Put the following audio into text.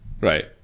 right